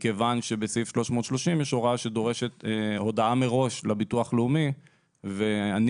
בסעיף 330 יש הוראה שדורשת הודעה מראש לביטוח הלאומי ואני